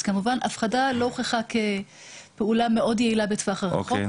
אז הפחדה לא הוכחה כפעולה מועילה בטווח הרחוק,